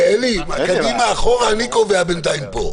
אלי, קדימה, אחורה, אני קובע בינתיים פה.